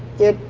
it,